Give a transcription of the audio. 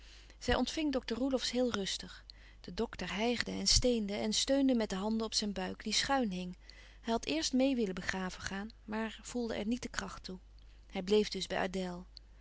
zij ontving dokter roelofsz heel rustig de dokter hijgde en steende en steunde met de handen op zijn buik die schuin hing hij had eerst meê willen begraven gaan maar voelde er niet de kracht toe hij bleef dus bij